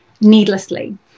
needlessly